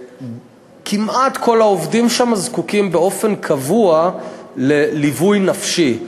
כמעט כל העובדים שם זקוקים באופן קבוע לליווי נפשי,